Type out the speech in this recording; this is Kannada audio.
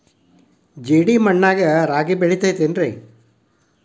ಜೇಡಿ ಮಣ್ಣಾಗ ರಾಗಿ ಬೆಳಿತೈತೇನ್ರಿ?